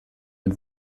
den